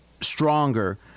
stronger